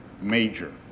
major